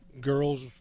girls –